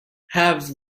have